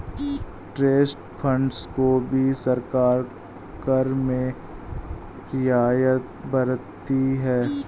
trust funds को भी सरकार कर में रियायत बरतती है